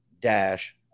dash